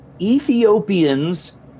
Ethiopians